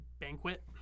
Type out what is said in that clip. banquet